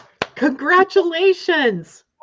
Congratulations